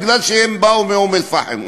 כי הם באו מאום-אלפחם,